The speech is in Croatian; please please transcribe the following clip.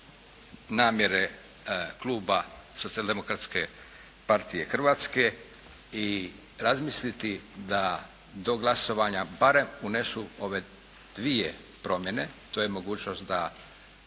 namjere kluba Socijaldemokratske partije Hrvatske i razmisliti da do glasovanja barem unesu ove dvije promjene. To je mogućnost da